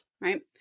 right